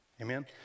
Amen